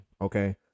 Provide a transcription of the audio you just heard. okay